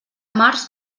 març